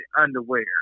Underwear